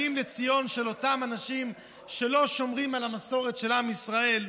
האם לציון של אותם אנשים שלא שומרים על המסורת של עם ישראל?